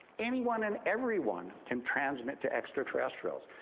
anyone and everyone can transmit to extraterrestrials.